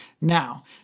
now